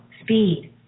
speed